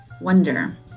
wonder